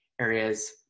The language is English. areas